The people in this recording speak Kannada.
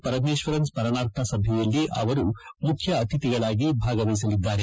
ಪರಮೇಶ್ವರನ್ ಸ್ತರಣಾರ್ಥ ಸಭೆಯಲ್ಲಿ ಅವರು ಮುಖ್ಯ ಅತಿಥಿಗಳಾಗಿ ಭಾಗವಹಿಸಲಿದ್ದಾರೆ